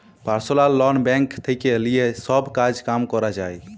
personal loan bank থেক্যে লিয়ে সব কাজ কাম ক্যরা যায়